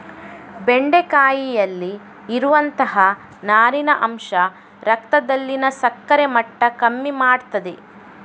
ಬೆಂಡೆಕಾಯಿಯಲ್ಲಿ ಇರುವಂತಹ ನಾರಿನ ಅಂಶ ರಕ್ತದಲ್ಲಿನ ಸಕ್ಕರೆ ಮಟ್ಟ ಕಮ್ಮಿ ಮಾಡ್ತದೆ